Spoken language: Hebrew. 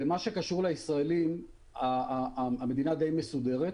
במה שקשור לישראלים המדינה די מסודרת.